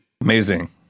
Amazing